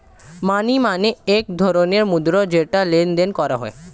মানি মানে এক ধরণের মুদ্রা যেটা লেনদেন করা হয়